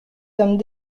sommes